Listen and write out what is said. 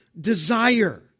desire